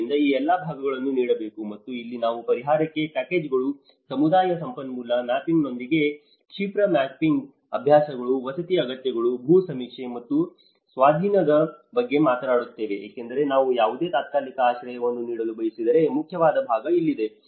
ಆದ್ದರಿಂದ ಈ ಎಲ್ಲಾ ಭಾಗವನ್ನು ನೀಡಬೇಕು ಮತ್ತು ಇಲ್ಲಿ ನಾವು ಪರಿಹಾರ ಪ್ಯಾಕೇಜ್ಗಳು ಸಮುದಾಯ ಸಂಪನ್ಮೂಲ ಮ್ಯಾಪಿಂಗ್ನೊಂದಿಗೆ ಕ್ಷಿಪ್ರ ಮ್ಯಾಪಿಂಗ್ ಅಭ್ಯಾಸಗಳು ವಸತಿ ಅಗತ್ಯಗಳು ಭೂ ಸಮೀಕ್ಷೆ ಮತ್ತು ಸ್ವಾಧೀನದ ಬಗ್ಗೆ ಮಾತನಾಡುತ್ತೇವೆ ಏಕೆಂದರೆ ನಾವು ಯಾವುದೇ ತಾತ್ಕಾಲಿಕ ಆಶ್ರಯವನ್ನು ನೀಡಲು ಬಯಸಿದರೆ ಮುಖ್ಯವಾದ ಭಾಗ ಇಲ್ಲಿದೆ